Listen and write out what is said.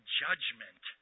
judgment